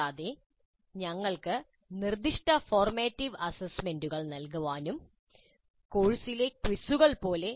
കൂടാതെ ഞങ്ങൾക്ക് നിർദ്ദിഷ്ട ഫോർമാറ്റീവ് അസസ്മെൻറുകൾ നൽകാനും കഴിയും കോഴ്സിലെ ക്വിസുകൾ പോലെ